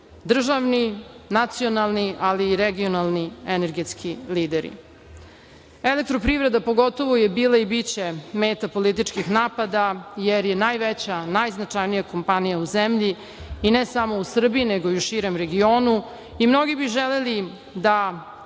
državni, nacionalni, ali i regionalni energetski lideri."Elektroprivreda" pogotovo je bila i biće meta političkih napada jer je najveća, najznačajnija kompanija u zemlji i ne samo u Srbiji, nego i u širem regionu i mnogi bi želeli da